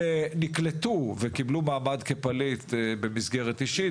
ונקלטו וקיבלו מעמד כפליט במסגרת אישית,